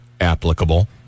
applicable